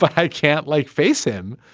but i can't like face him